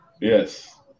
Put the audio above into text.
Yes